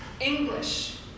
English